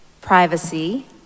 privacy